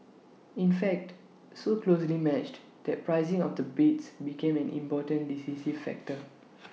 in fact so closely matched that pricing of the bids became an important decisive factor